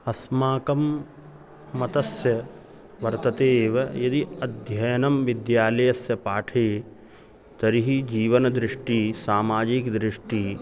अस्माकं मतस्य वर्तते एव यदि अध्ययनं विद्यालयस्य पाठे तर्हि जीवनदृष्टिः सामाजिकदृष्टिः